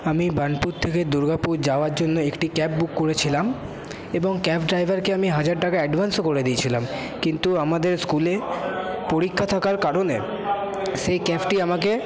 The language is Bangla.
আমি বানপুর থেকে দুর্গাপুর যাওয়ার জন্য একটি ক্যাব বুক করেছিলাম এবং ক্যাব ড্রাইভারকে আমি হাজার টাকা অ্যাডভান্সও করে দিয়েছিলাম কিন্তু আমাদের স্কুলে পরীক্ষা থাকার কারণে সেই ক্যাবটি আমাকে